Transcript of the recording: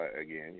Again